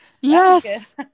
Yes